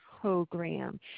program